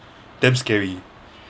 damn scary